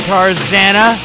Tarzana